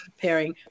preparing